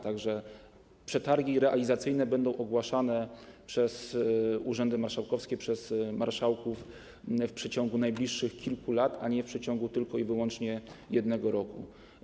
Tak że przetargi realizacyjne będą ogłaszane przez urzędy marszałkowskie, przez marszałków w przeciągu najbliższych kilku lat, a nie w przeciągu tylko i wyłącznie jednego roku.